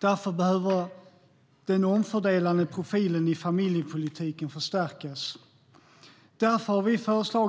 Därför behöver den omfördelande profilen i familjepolitiken förstärkas. Vi föreslår